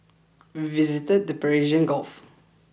we visited the Persian Gulf